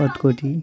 কট কটি